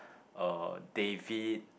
uh David